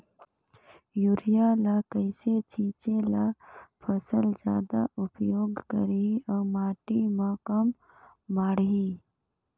Urea ल कइसे छीचे ल फसल जादा उपयोग करही अउ माटी म कम माढ़ही?